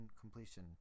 completion